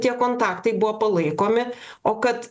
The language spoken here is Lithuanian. tie kontaktai buvo palaikomi o kad